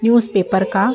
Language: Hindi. न्यूज़ पेपर का